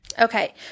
Okay